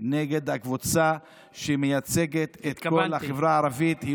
נגד הקבוצה שמייצגת את כל החברה הערבית.